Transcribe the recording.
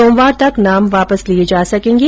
सोमवार तक नाम वापस लिये जा सकेंगे